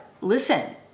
listen